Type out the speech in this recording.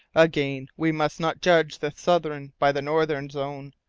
again, we must not judge the southern by the northern zone.